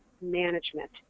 management